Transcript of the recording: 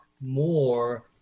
more